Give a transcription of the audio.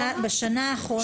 בשנה האחרונה.